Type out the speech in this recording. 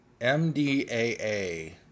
MDAA